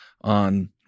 on